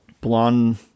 Blonde